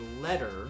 letter